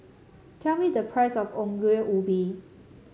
tell me the price of Ongol Ubi